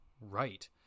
right